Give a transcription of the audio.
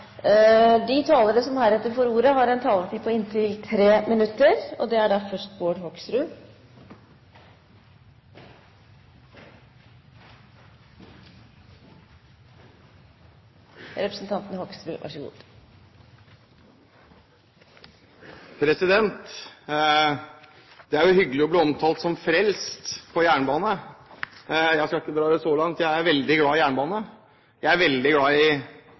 De talere som heretter får ordet, har en taletid på inntil 3 minutter. Det er jo hyggelig å bli omtalt som frelst på jernbane. Jeg skal ikke dra det så langt. Jeg er veldig glad i jernbane, jeg er veldig glad i